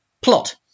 plot